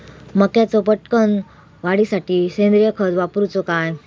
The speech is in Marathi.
मक्याचो पटकन वाढीसाठी सेंद्रिय खत वापरूचो काय?